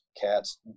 cats